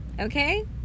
Okay